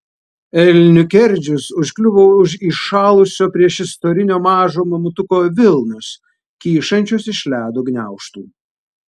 elnių kerdžius užkliuvo už įšalusio priešistorinio mažo mamutuko vilnos kyšančios iš ledo gniaužtų